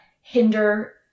hinder